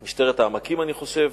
העמקים, אני חושב,